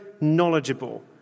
knowledgeable